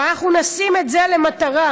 ונשים את זה כמטרה,